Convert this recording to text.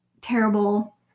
terrible